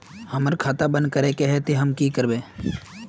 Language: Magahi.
हमर खाता बंद करे के है ते हम की करबे?